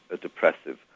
depressive